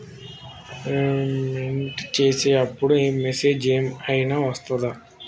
Payment చేసే అప్పుడు message ఏం ఐనా వస్తదా?